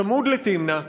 צמוד לתמנע,